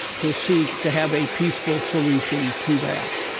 to seek to have a peaceful solution to that.